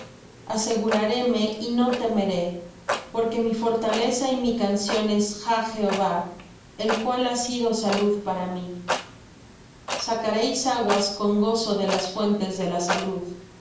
mía aseguraréme y no temeré porque mi fortaleza y mi canción es jah jehová el cual ha sido salud para mí sacaréis aguas con gozo de la fuentes de la salud